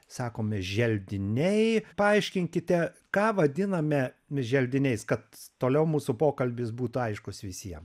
sakome želdiniai paaiškinkite ką vadiname želdiniais kad toliau mūsų pokalbis būtų aiškus visiem